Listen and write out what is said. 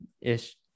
ish